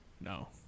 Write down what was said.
No